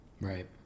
right